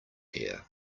here